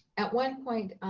at one point,